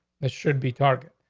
that should be target.